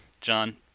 John